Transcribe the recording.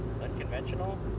Unconventional